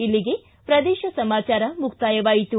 ಇಲ್ಲಿಗೆ ಪ್ರದೇಶ ಸಮಾಚಾರ ಮುಕ್ತಾಯವಾಯಿತು